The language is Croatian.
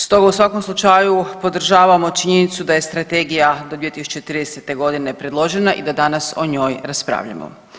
Stoga u svakom slučaju podržavamo činjenicu da je strategija do 2030.g. predložena i da danas o njoj raspravljamo.